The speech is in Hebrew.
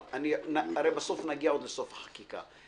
הרי בסוף נגיע עוד לסוף החקיקה.